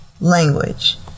language